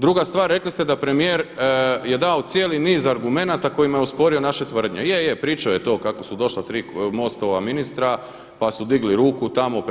Druga stvar, rekli ste da premijer je dao cijeli niz argumenata kojima je osporio naše tvrdnje, je, je, pričao je to kako su došla tri MOST-ova ministra pa su digli ruku tamo